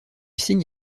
signe